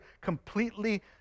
completely